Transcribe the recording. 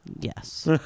yes